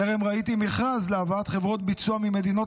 טרם ראיתי מכרז להבאת חברות ביצוע ממדינות